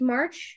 March